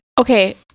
Okay